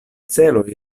celoj